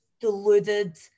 deluded